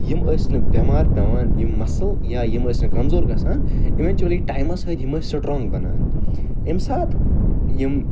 یِم ٲسۍ نہٕ بیٚمار پیٚوان یِم مسٕل یا یِم ٲسۍ نہٕ کمزور گَژھان اِویٚنچُؤلی ٹایمَس سۭتۍ یِم ٲسۍ سٹرانٛگ بنان ییٚمہ ساتہٕ یِم